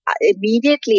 immediately